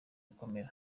gukomera